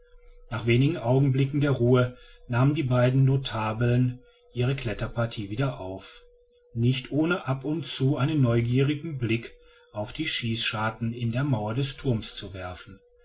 nach wenigen augenblicken der ruhe nahmen die beiden notabeln ihre kletterpartie wieder auf nicht ohne ab und zu einen neugierigen blick auf die schießscharten in der mauer des thurmes zu werfen